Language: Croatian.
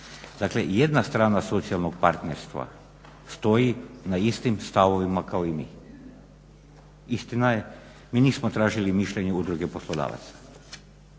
Dakle jedna strana socijalnog partnerstva stoji na istim stavovima kao i mi. Istina je mi nismo tražili mišljenje Udruge poslodavaca